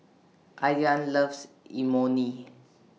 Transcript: Ayaan loves Imoni